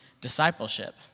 discipleship